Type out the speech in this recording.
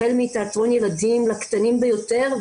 החל מתיאטרון ילדים לקטנים ביותר,